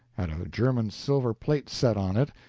had a german-silver plate set on it,